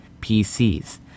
PCs